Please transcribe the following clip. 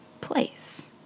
place